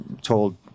told